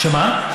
שמה?